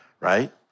right